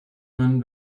man